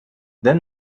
then